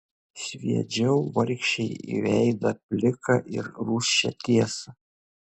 sviedžiau vargšei į veidą pliką ir rūsčią tiesą